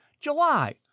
July